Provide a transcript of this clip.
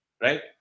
right